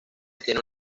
tienen